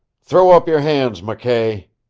throw up your hands, mckay!